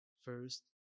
First